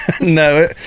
no